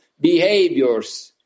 behaviors